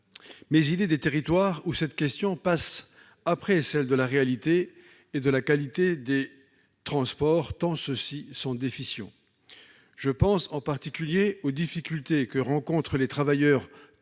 Mais il est des territoires où cette question passe après celle de la réalité et de la qualité des transports, tant ceux-ci sont déficients. Je pense en particulier aux difficultés que rencontrent les travailleurs